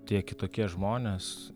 tie kitokie žmonės